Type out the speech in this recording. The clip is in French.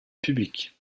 publique